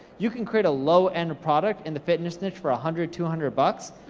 you can create a low-end product in the fitness niche, for a hundred, two hundred bucks,